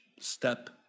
step